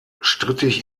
strittig